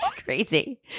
Crazy